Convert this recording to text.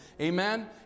Amen